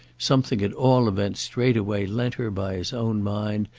something at all events straightway lent her by his own mind,